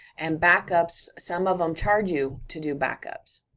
and backups, some of em charge you to do backups.